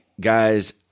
Guys